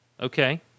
Okay